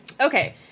Okay